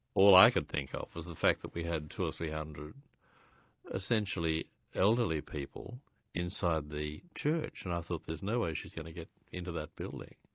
all i could think of was the fact that we had two hundred or three hundred essentially elderly people inside the church, and i thought, there's no way she's going to get into that building.